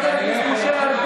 חבר הכנסת משה ארבל.